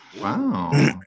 Wow